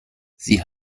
sie